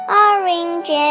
orange